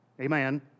Amen